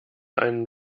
einen